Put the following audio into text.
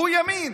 הוא ימין.